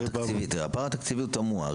הפער התקציבי הוא תמוה.